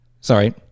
Sorry